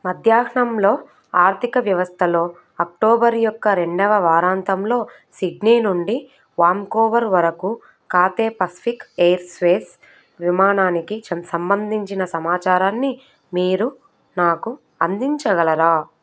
మధ్యాహ్నంలో ఆర్థిక వ్యవస్థలో అక్టోబరు యొక్క రెండవ వారాంతంలో సిడ్నీ నుండి వాంకోవర్ వరకు కాథే పసిఫిక్ ఎయిర్వేస్ విమానానికి చెన్ సంబంధించిన సమాచారాన్ని మీరు నాకు అందించగలరా